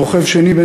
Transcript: ורוכב שני,